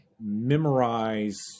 memorize